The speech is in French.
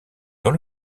dans